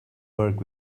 work